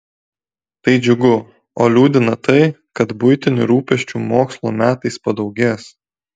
tai džiugu o liūdina tai kad buitinių rūpesčių mokslo metais padaugės